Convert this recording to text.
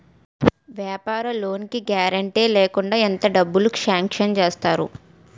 వ్యాపార లోన్ కి గారంటే లేకుండా ఎంత డబ్బులు సాంక్షన్ చేస్తారు?